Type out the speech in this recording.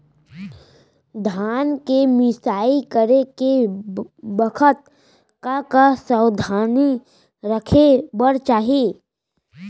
धान के मिसाई करे के बखत का का सावधानी रखें बर चाही?